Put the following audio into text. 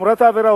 חומרת העבירה,